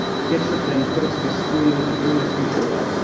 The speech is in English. get your pen, put it to the screen, and bring this feature to life.